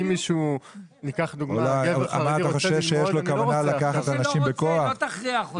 מי שלא רוצה, אתה לא תכריח אותו.